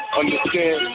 understand